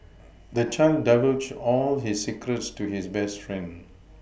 the child divulged all his secrets to his best friend